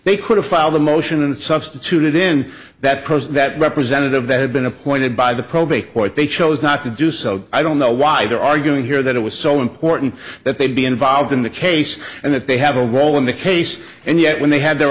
they could have filed a motion and substituted in that person that representative that had been appointed by the probate court they chose not to do so i don't know why they're arguing here that it was so important that they'd be involved in the case and that they have a role in the case and yet when they had the